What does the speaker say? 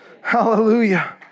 Hallelujah